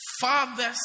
Fathers